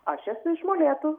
aš esu iš molėtų